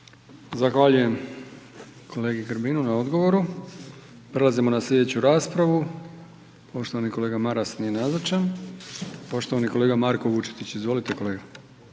Zahvaljujem kolegi Grbinu na odgovoru. Prelazimo na slijedeću raspravu, poštovani kolega Maras nije nazočan, poštovani kolega Marko Vučetić, izvolite kolega.